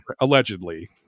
allegedly